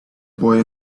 boy